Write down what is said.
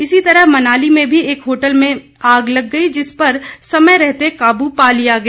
इसी तरह मनाली में भी एक होटल में भी आग लग गई जिस पर समय रहते काबू पा लिया गया